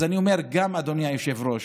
אז אני אומר, אדוני היושב-ראש,